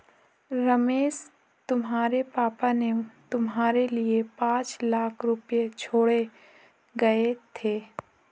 रमेश तुम्हारे पापा ने तुम्हारे लिए पांच लाख रुपए छोड़े गए थे